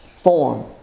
form